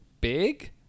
big